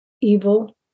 evil